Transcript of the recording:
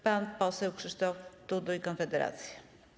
Pan poseł Krzysztof Tuduj, Konfederacja.